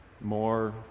more